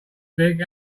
big